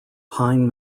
pine